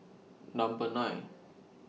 Number nine